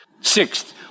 Sixth